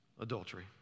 adultery